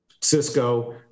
Cisco